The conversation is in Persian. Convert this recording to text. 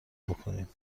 بکنیم